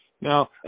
Now